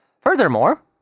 Furthermore